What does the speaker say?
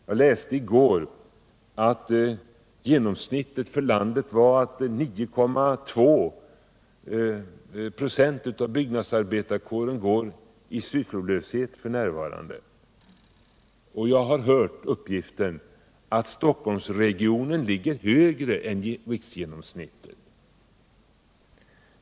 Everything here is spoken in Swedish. Jag läste i går att i genomsnitt i landet 9,2 ?6 av byggnadsarbetarkåren går i sysslolöshet. Jag har hört att Stockholmsregionen ligger högre än riksgenomsnittet.